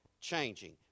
changing